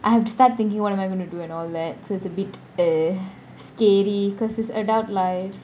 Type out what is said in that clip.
I have to start thinking what am I going to do and all that so it's a bit uh scary because it's adult life